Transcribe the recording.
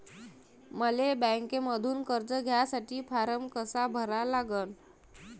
मले बँकेमंधून कर्ज घ्यासाठी फारम कसा भरा लागन?